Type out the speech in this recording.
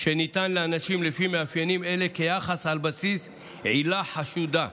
שניתן לאנשים לפי מאפיינים אלה כיחס על בסיס עילה חשודה,